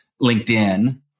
LinkedIn